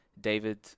David